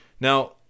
Now